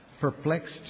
perplexed